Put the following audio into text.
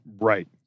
Right